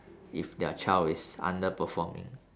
if their child is underperforming